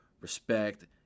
respect